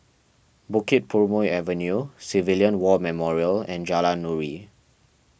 Bukit Purmei Avenue Civilian War Memorial and Jalan Nuri